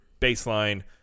baseline